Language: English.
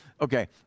Okay